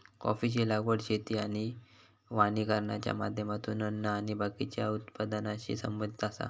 कॉफीची लागवड शेती आणि वानिकरणाच्या माध्यमातून अन्न आणि बाकीच्या उत्पादनाशी संबंधित आसा